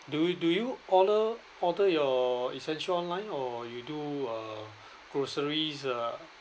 do you do you order order your essential online or you do uh groceries uh